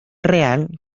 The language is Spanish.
real